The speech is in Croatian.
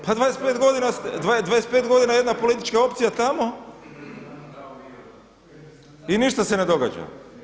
Pa 25 godina je jedna politička opcija tamo i ništa se ne događa.